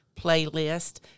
playlist